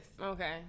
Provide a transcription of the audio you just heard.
okay